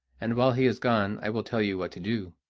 and while he is gone i will tell you what to do.